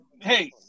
hey